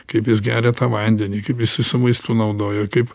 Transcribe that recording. kaip jis geria tą vandenį kaip jisai su maistu naudojo kaip